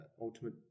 ultimate